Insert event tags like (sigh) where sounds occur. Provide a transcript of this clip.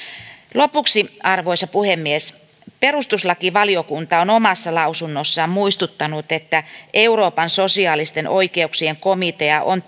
lopuksi arvoisa puhemies perustuslakivaliokunta on omassa lausunnossaan muistuttanut että euroopan sosiaalisten oikeuksien komitea on (unintelligible)